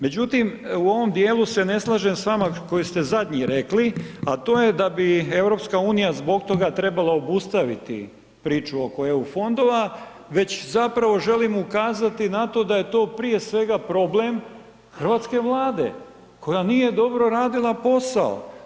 Međutim, u ovom dijelu se ne slažem s vama koji ste zadnji rekli, a to je da bi EU zbog toga trebala obustaviti priču oko EU fondova već zapravo želim ukazati na to da je to prije svega problem Hrvatske vlade koja nije dobro radila posao.